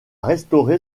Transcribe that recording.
restauré